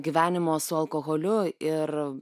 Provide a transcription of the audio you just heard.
gyvenimo su alkoholiu ir